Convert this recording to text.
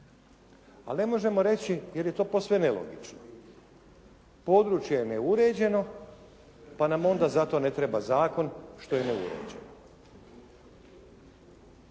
ali ne možemo reći jer je to posve nelogično područje je neuređeno pa nam onda za to ne treba zakon što je neuređeno.